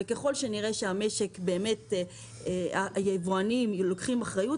ונראה שהיבואנים לוקחים אחריות,